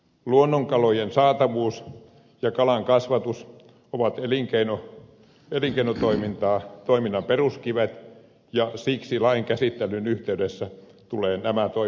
luonnonkalojen saatavuus ja kalankasvatus ovat elinkeinotoiminnan peruskivet ja siksi lain käsittelyn yhteydessä tulee nämä toiminnot turvata